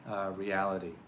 reality